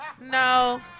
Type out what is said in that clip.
No